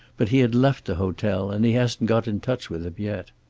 but he had left the hotel, and he hasn't got in touch with him yet.